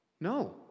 No